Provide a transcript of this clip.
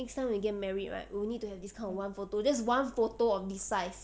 next time when we get married right we will need to have this kind of one photo just one photo of this size